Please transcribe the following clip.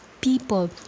People